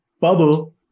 bubble